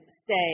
stay